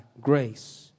grace